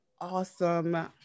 awesome